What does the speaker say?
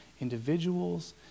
individuals